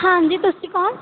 ਹਾਂਜੀ ਤੁਸੀਂ ਕੋਣ